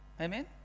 amen